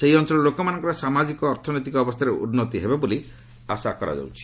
ସେହି ଅଞ୍ଚଳର ଲୋକମାନଙ୍କର ସାମାଜିକ ଅର୍ଥନୈତିକ ଅବସ୍ଥାରେ ଉନ୍ନତି ହେବ ବୋଲି ଆଶା କରାଯାଉଛି